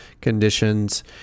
conditions